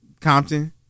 Compton